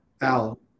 Al